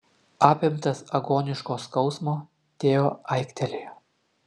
apimtas agoniško skausmo teo aiktelėjo